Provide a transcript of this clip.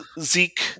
Zeke